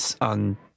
on